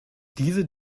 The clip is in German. diese